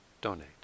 donate